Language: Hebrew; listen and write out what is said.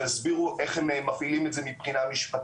שיסבירו גם איך הם מפעילים את זה מבחינה משפטית,